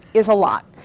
is a lot.